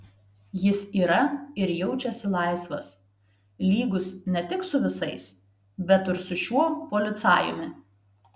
jis yra ir jaučiasi laisvas lygus ne tik su visais bet ir su šiuo policajumi